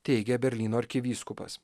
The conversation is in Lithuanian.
teigė berlyno arkivyskupas